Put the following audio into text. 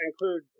include